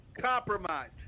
compromise